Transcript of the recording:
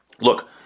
Look